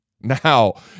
Now